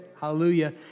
Hallelujah